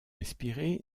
inspiré